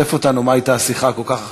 שתף אותנו, מה הייתה השיחה הכל-כך חשובה.